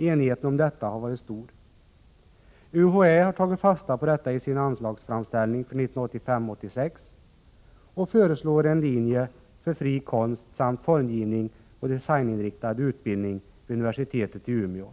är stor. UHÄ har tagit fasta på detta i sin anslagsframställning för 1985/86 och föreslår en linje för fri konst samt formgivningsoch designinriktad utbildning vid universitetet i Umeå.